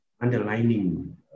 underlining